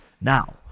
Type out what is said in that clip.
Now